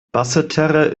basseterre